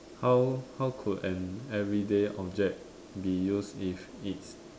how how could an everyday object be used if it